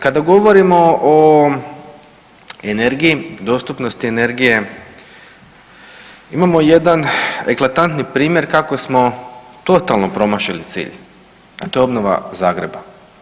Kada govorimo o energiji, dostupnosti energije imamo jedan eklatantni primjer kako smo totalno promašili cilj, a to je obnova Zagreba.